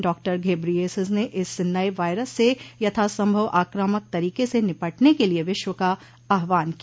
doctor Ghebreyesus ने इस नये वायरस से यथासंभव आक्रामक तरीके से निपटने के लिए विश्व का आह्वान किया